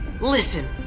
Listen